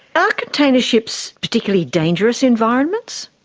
are container ships particularly dangerous environments?